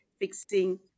fixing